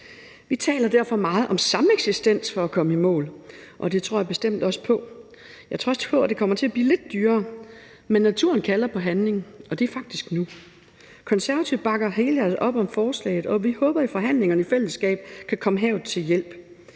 Vi taler derfor meget om sameksistens for at komme i mål, og det tror jeg bestemt også på. Jeg tror også på, at det kommer til at blive lidt dyrere, men naturen kalder på handling, og det er faktisk nu. Konservative bakker helhjertet op om forslaget og håber, at vi i forhandlingerne i fællesskab kan komme havet til hjælp.